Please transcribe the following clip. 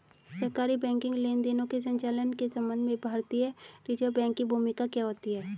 सरकारी बैंकिंग लेनदेनों के संचालन के संबंध में भारतीय रिज़र्व बैंक की भूमिका क्या होती है?